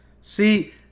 See